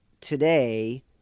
today